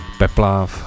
Peplav